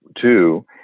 two